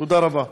תודה רבה.